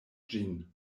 ĝin